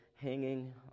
hanging